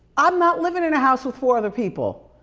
i'm not living in a house with four other people.